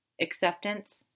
Acceptance